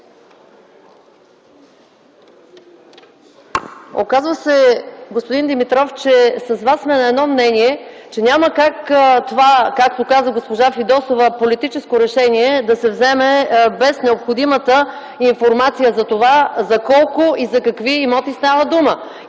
Оказва се, господин Димитров, че с Вас сме на едно мнение, че няма как това, както каза госпожа Фидосова, политическо решение да се вземе без необходимата информация за това - за колко и за какви имоти става дума.